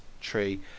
tree